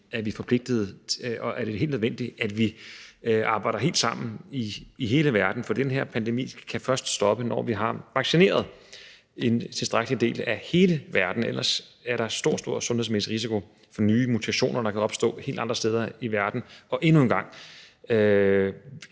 til og helt nødvendigt, at vi arbejder sammen i hele verden, for den her pandemi kan først stoppe, når vi har vaccineret en tilstrækkelig del af hele verden. Ellers er der stor, stor sundhedsmæssig risiko for nye mutationer, der kan opstå helt andre steder i verden og endnu en gang